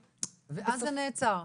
נכון, מדהים ואז זה נעצר?